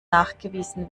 nachgewiesen